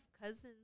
cousins